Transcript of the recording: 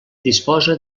disposa